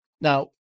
now